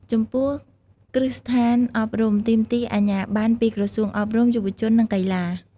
ចំពោះគ្រឹះស្ថានអប់រំ ទាមទារអាជ្ញាប័ណ្ណពីក្រសួងអប់រំ យុវជន និងកីឡា។